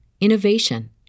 innovation